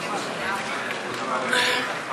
הממשלה.